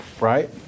right